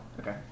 Okay